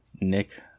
Nick